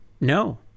No